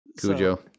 Cujo